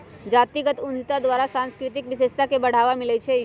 जातीगत उद्यमिता द्वारा सांस्कृतिक विशेषता के बढ़ाबा मिलइ छइ